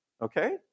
okay